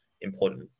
Important